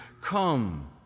Come